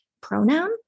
pronoun